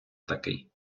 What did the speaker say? такий